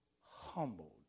humbled